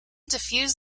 defuse